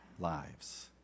lives